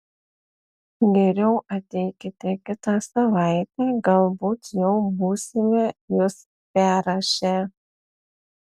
geriau ateikite kitą savaitę galbūt jau būsime jus perrašę